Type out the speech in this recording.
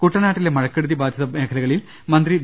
കുട്ടനാട്ടിലെ മഴക്കെടുതി ബാധിത മേഖലകളിൽ മന്ത്രി വി